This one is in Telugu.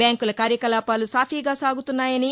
బ్యాంకుల కార్యకలాపాలు సాఫీగాసాగుతున్నాయని